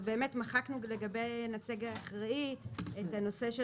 אז באמת מחקנו לגבי נציג אחראי את הנושא של